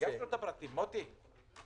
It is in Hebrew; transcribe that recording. הגשנו את הפרטים, מוטי בבצ'יק.